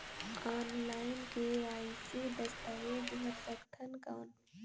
Online KYC दस्तावेज भर सकथन कौन?